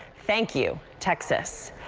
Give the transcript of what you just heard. thank you texas.